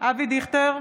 אבי דיכטר,